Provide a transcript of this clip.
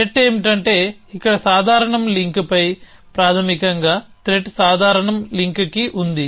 threat ఏమిటంటే ఇక్కడ సాధారణం లింక్పై ప్రాథమికంగా త్రెట్ సాధారణం లింక్కి ఉంది